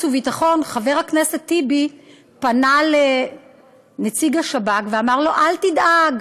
והביטחון חבר הכנסת טיבי פנה לנציג השב"כ ואמר לו: אל תדאג,